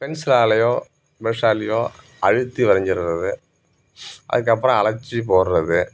பென்சிலாலேயோ ப்ரெஷ்ஷாலேயோ அழுத்தி வரைஞ்சிடுறது அதுக்கப்புறம் அழிச்சி போடுவது